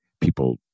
people